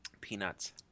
Peanuts